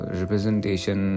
representation